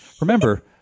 remember